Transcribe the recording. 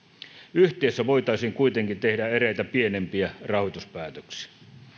yhtiössä voitaisiin kuitenkin tehdä eräitä pienempiä rahoituspäätöksiä